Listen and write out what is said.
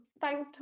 Thanks